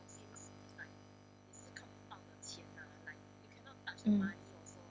mm